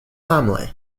family